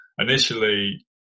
initially